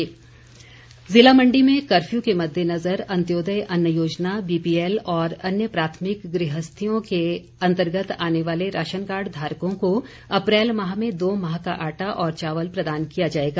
ration Mandi ज़िला मण्डी में curfew के मद्देनज़र अंत्योदय अन्न योजना बीपीएल और अन्य प्राथमिक गृहस्थियों के अंतर्गत आने वाले राशन कार्ड धारकों को अप्रैल माह में दो माह का आटा और चावल प्रदान किया जाएगा